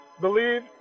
believe